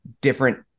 different